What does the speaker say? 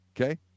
okay